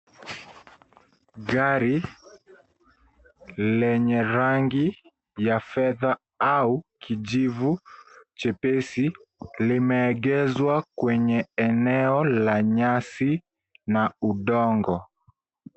Gari lenye rangi ya fedha au kijivu chepesi limeegezwa kwenye eneo la nyasi na udongo.